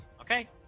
Okay